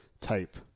type